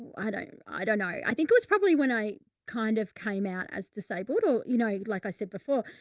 i don't, i don't know. i think it was probably when i kind of came out as disabled or, you know, like i said before,